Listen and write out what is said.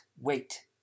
wait